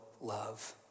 love